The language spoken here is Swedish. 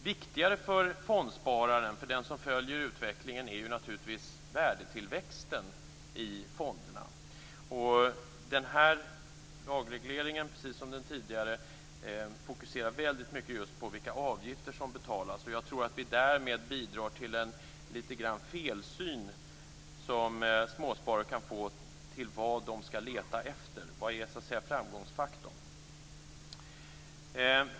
Viktigare för fondspararen, för den som följer utvecklingen, är naturligtvis värdetillväxten i fonderna. Den här lagregleringen, precis som den tidigare, fokuserar mycket just på vilka avgifter som betalas. Jag tror att vi därmed lite grann bidrar till en felsyn som småsparare kan få när det gäller vad de skall leta efter, vad som så att säga är framgångsfaktorn.